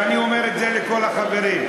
ואני אומר את זה לכל החברים,